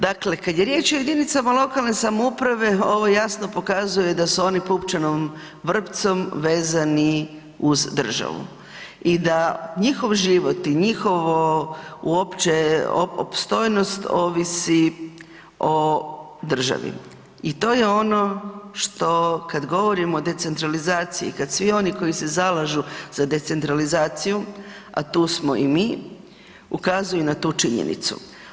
Dakle, kad je riječ o jedinicama lokalne samouprave ovo jasno pokazuje da su oni pupčanom vrpcom vezani uz državu i da njihov život i njihovo uopće opstojnost ovisi o državi i to je ono što kad govorimo o decentralizaciji, kad svi oni koji se zalažu za decentralizaciju, a tu smo i mi ukazuju na tu činjenicu.